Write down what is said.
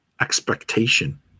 expectation